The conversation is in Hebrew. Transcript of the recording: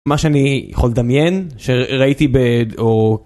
מה שאני יכול לדמיין שראיתי ב..או..